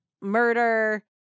murder